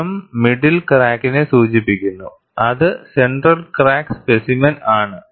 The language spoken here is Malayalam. M മിഡ്ഡിൽ ക്രാക്കിനെ സൂചിപ്പിക്കുന്നു അത് സെന്റർ ക്രാക്ക് സ്പെസിമെൻ ആണ്